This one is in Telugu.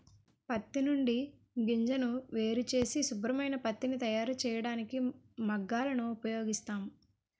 పత్తి నుండి గింజను వేరుచేసి శుభ్రమైన పత్తిని తయారుచేయడానికి మగ్గాలను ఉపయోగిస్తాం